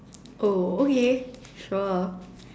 oh okay sure